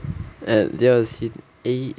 eh 等下 I see eh